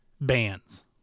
bands